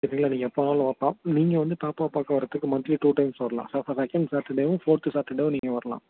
சரிங்களா நீங்கள் எப்போ வேணாலும் வைப்போம் நீங்கள் வந்து பாப்பாவை பார்க்க வரதுக்கு மந்த்லி டூ டைம்ஸ் வரலாம் ச ஃப செகண்ட் சேட்டர்டேவும் ஃபோர்த்து சேட்டர்டேவும் நீங்கள் வரலாம்